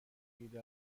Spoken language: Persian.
ایده